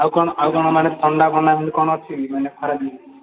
ଆଉ କ'ଣ ଆଉ କ'ଣ ମାନେ ଥଣ୍ଡା ଫଣ୍ଡା ସିମିତି କ'ଣ ଅଛି କି ମାନେ ଖରାଦିନେ